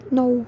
no